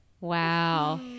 wow